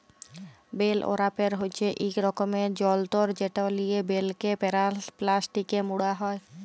bell wrapper হছে ইক রকমের যল্তর যেট লিয়ে বেলকে পেলাস্টিকে মুড়া হ্যয়